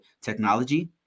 technology